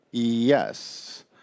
yes